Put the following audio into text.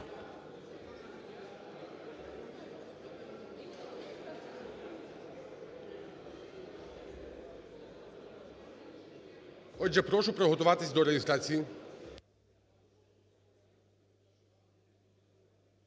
Отже, прошу приготуватись до реєстрації.